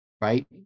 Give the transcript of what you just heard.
right